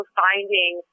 finding